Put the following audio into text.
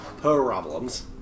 problems